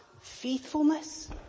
faithfulness